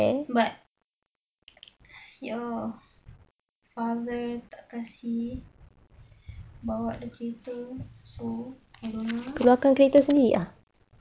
but your father tak kasi bawa kereta so I don't know